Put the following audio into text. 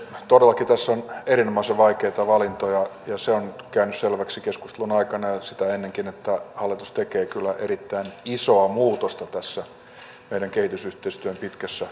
todellakin tässä on erinomaisen vaikeita valintoja ja se on käynyt selväksi keskustelun aikana ja sitä ennenkin että hallitus tekee kyllä erittäin isoa muutosta tässä meidän kehitysyhteistyön pitkässä linjassa